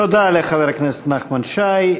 תודה לחבר הכנסת נחמן שי.